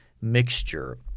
mixture